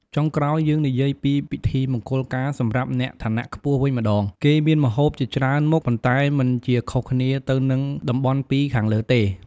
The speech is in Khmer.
ចុងក្រោយយើងនិយាយពីពិធីមង្គលការសម្រាប់អ្នកឋានៈខ្ពស់វិញម្តង គេមានម្ហូបជាច្រើនមុខប៉ុន្តែមិនជាខុសគ្នាទៅនឹងតំបន់២ខាងលើទេ។